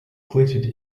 glittered